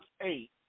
eight